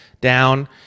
down